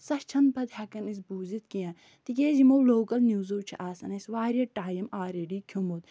سۄ چھِنہٕ پتہٕ ہٮ۪کان أسۍ بوٗزِتھ کیٚنہہ تِکیٛازِ یِمَو لوکَل نِوٕزَو چھِ آسان اَسہِ واریاہ ٹایَم آلرٕڈی کھیوٚمُت